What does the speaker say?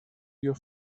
your